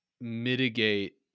mitigate